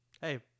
hey